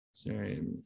Sorry